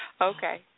Okay